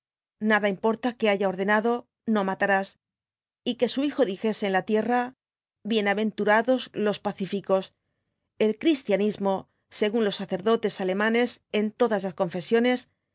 nada importa que haya ordenado no matarás y que su hijo dijese en la tierra bienaventurados los pacíficos el cristianismo según los sacerdotes alemanes de todas las confesiones